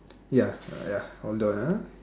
ya ya hold on